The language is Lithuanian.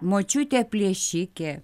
močiutė plėšikė